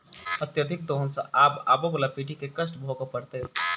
अत्यधिक दोहन सँ आबअबला पीढ़ी के कष्ट भोगय पड़तै